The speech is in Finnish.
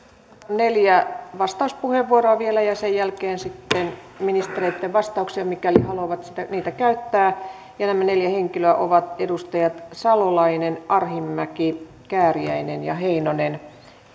neljä vastauspuheenvuoroa vielä ja sen jälkeen sitten ministereitten vastaukset mikäli haluavat niitä käyttää nämä neljä henkilöä ovat edustajat salolainen arhinmäki kääriäinen ja heinonen